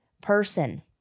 person